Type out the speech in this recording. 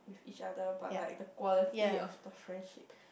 with each other but like the quality of the friendship